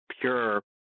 pure